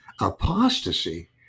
apostasy